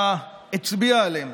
הולם.